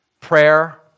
Prayer